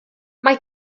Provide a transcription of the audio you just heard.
mae